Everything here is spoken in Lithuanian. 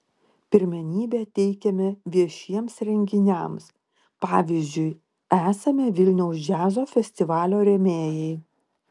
pirmenybę teikiame viešiems renginiams pavyzdžiui esame vilniaus džiazo festivalio rėmėjai